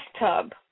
bathtub